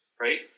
Right